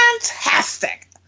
Fantastic